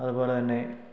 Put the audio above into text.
അതുപോലെ തന്നെ